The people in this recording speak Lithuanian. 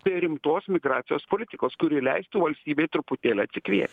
tai rimtos migracijos politikos kuri leistų valstybei truputėlį atsikvėpt